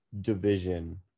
division